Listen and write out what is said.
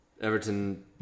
Everton